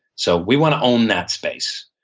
so we want to own that space.